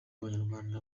abanyarwanda